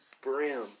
brim